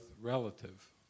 relative